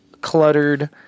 cluttered